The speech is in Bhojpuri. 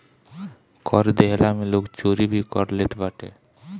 कर देहला में लोग चोरी भी कर लेत बाटे